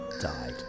died